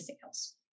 sales